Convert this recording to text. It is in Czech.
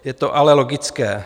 Je to ale logické.